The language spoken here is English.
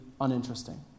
uninteresting